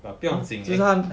but 不用紧